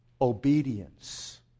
obedience